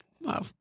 Wow